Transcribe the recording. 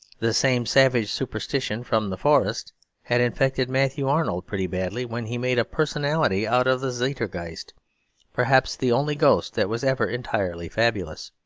the same savage superstition from the forests had infected matthew arnold pretty badly when he made a personality out of the zeitgeist perhaps the only ghost that was ever entirely fabulous.